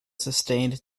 sustained